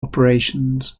operations